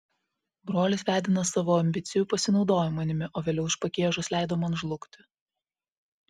brolis vedinas savo ambicijų pasinaudojo manimi o vėliau iš pagiežos leido man žlugti